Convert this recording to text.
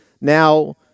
Now